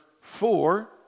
four